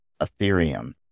Ethereum